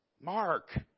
Mark